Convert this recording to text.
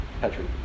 Patrick